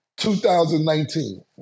2019